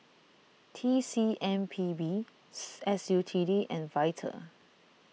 T C M P B S U T D and Vital